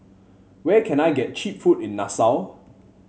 where can I get cheap food in Nassau